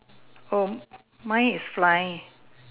oh my is flying